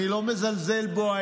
אני לא מזלזל בו,